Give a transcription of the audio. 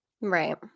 Right